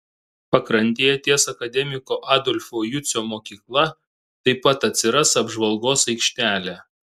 pakrantėje ties akademiko adolfo jucio mokykla taip pat atsiras apžvalgos aikštelė